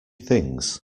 things